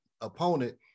opponent